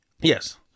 Yes